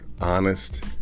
honest